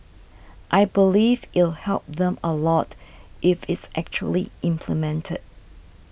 I believe it'll help them a lot if it's actually implemented